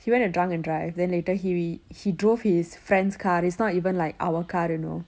he went to drunk and drive then later he he drove his friend's car it's not even like our car you know